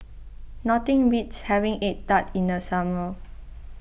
nothing beats having Egg Tart in the summer